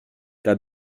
t’as